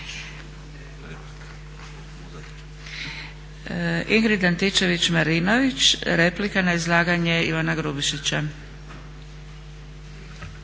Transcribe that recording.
Ingrid Antičević-Marinović replika na izlaganje Ivana Grubišića.